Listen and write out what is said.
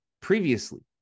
previously